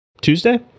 tuesday